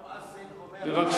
המואזין עולה ואומר,